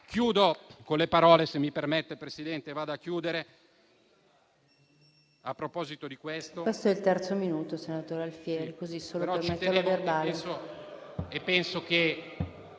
Chiudo con le parole, se mi permette, Presidente, e vado a chiudere, a proposito di questo...